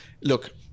look